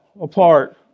apart